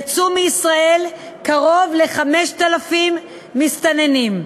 יצאו מישראל קרוב ל-5,000 מסתננים.